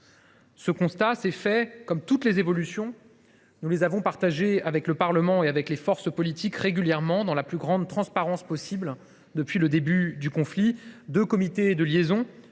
Ce constat, ces faits, comme toutes les évolutions qui sont intervenues, nous les avons partagés avec le Parlement et avec les forces politiques, régulièrement, dans la plus grande transparence possible depuis le déclenchement du conflit. Deux comités de liaison